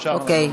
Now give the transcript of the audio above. אוקיי,